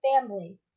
family